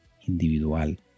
individual